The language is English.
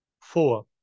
Four